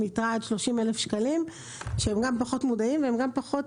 יתרה עד 30,000 שקלים שהם גם פחות מודעים והם גם פחות